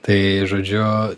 tai žodžiu